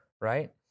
right